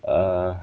uh